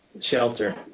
shelter